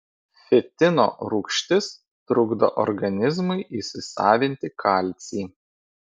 fitino rūgštis trukdo organizmui įsisavinti kalcį